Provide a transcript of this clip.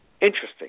Interesting